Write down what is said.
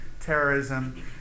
terrorism